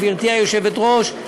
גברתי היושבת-ראש,